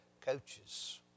coaches